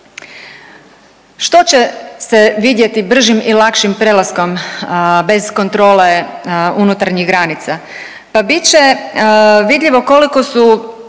Što će se vidjeti bržim i lakšim prelaskom bez kontrole unutarnjih granica?